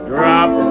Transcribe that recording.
Drop